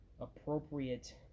appropriate